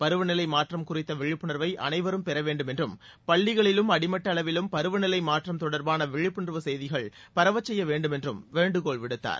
பருவநிலை மாற்றம் குறித்த விழிப்புணர்வை அனைவரும் பெறவேண்டும் என்றம் பள்ளிகளிலும் அடிமட்ட அளவிலும் பருவநிலை மாற்றம் தொடர்பாள விழிப்புணர்வு செய்திகள் பரவச் செய்ய வேண்டும் என்று வேண்டுகோள் விடுத்தார்